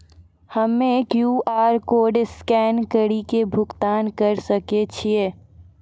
हम्मय QR code scan कड़ी के भुगतान करें सकय छियै?